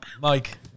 Mike